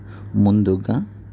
ముందుగా